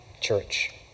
church